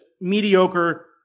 mediocre